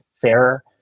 fairer